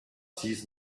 sees